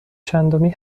چندمی